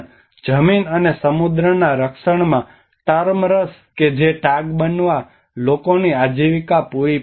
જમીન અને સમુદ્રના રક્ષણમાં ટર્મ રસ કે જે ટાગબનવા લોકોની આજીવિકા પૂરી પાડે છે